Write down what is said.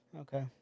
Okay